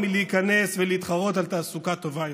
מלהיכנס ולהתחרות על תעסוקה טובה יותר.